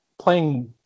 playing